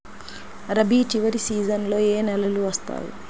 రబీ చివరి సీజన్లో ఏ నెలలు వస్తాయి?